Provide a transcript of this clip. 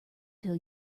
till